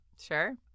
Sure